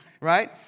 right